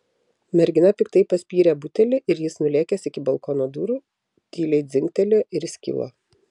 mergina piktai paspyrė butelį ir jis nulėkęs iki balkono durų tyliai dzingtelėjo ir įskilo